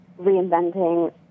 reinventing